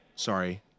Sorry